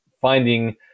finding